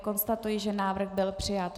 Konstatuji, že návrh byl přijat.